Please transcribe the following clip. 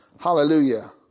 Hallelujah